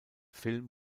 film